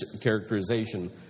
characterization